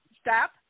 Stop